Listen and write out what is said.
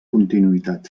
continuïtat